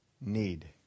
need